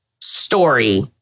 story